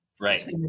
Right